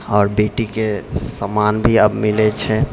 आओर बेटीके सम्मान भी अब मिलै छै